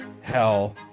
hell